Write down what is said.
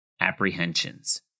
apprehensions